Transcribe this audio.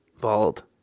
Bald